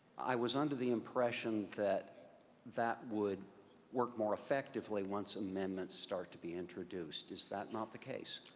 i was under the impression that that would work more effectively once amendments start to be introduced. is that not the case?